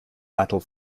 battle